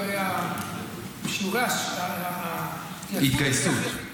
הרי שיעורי ההתייצבות הם הכי הכי גבוהים,